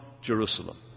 Jerusalem